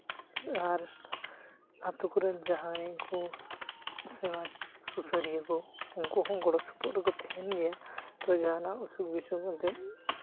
ᱟᱨ ᱟᱹᱛᱩ ᱠᱚᱨᱮᱱ ᱡᱟᱦᱟᱸᱭ ᱠᱚ ᱥᱚᱢᱟᱡᱽ ᱥᱩᱥᱟᱹᱨᱤᱭᱟᱹ ᱠᱚ ᱩᱱᱠᱩ ᱦᱚᱸ ᱜᱚᱲᱚᱥᱚᱯᱚᱦᱚᱫ ᱨᱮᱠᱚ ᱛᱟᱦᱮᱱ ᱜᱮᱭᱟ ᱛᱚᱵᱮ ᱡᱟᱦᱟᱱᱟᱜ ᱚᱥᱩᱠᱷ ᱵᱤᱥᱩᱠᱷ ᱮᱱᱛᱮᱫ